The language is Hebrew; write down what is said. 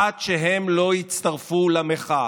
עד שהם לא יצטרפו למחאה.